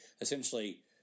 essentially